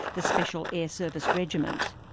the special air service regiment.